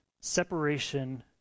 separation